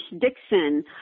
Dixon